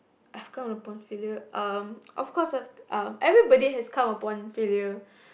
I've come upon failure um of course I've um everybody has come upon failure